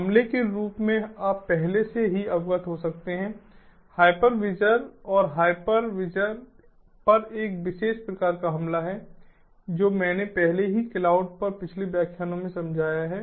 हमले के रूप में आप पहले से ही अवगत हो सकते हैं हाइपरविजर और हाइपरविजर पर एक विशेष प्रकार का हमला है जो मैंने पहले ही क्लाउड पर पिछले व्याख्यान में समझाया है